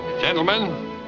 Gentlemen